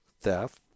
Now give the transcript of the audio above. theft